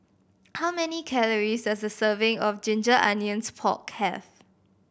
how many calories does a serving of ginger onions pork have